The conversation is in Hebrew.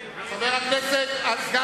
זאת